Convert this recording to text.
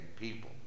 people